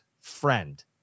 friend